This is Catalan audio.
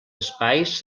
espais